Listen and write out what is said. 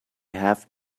have